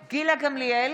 (קוראת בשמות חברי הכנסת) גילה גמליאל,